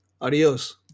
adios